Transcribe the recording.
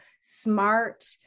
smart